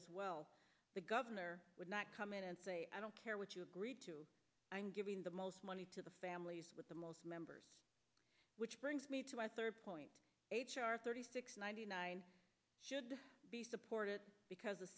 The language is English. as well the governor would not come in and say i don't care what you agreed to i'm giving the most money to the families with the most members which brings me to my third point thirty six ninety nine should be supported because